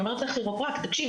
אני אומרת לכירופרקט: תקשיב,